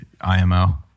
imo